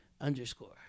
Underscore